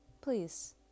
Please